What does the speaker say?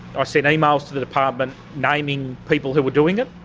i sent emails to the department naming people who were doing it,